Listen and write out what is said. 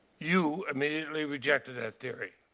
you immediately rejected that theory.